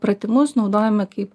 pratimus naudojame kaip